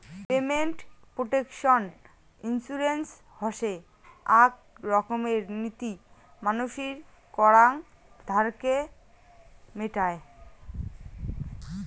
payment protection insurance হসে আক রকমের নীতি মানসির করাং ধারকে মেটায়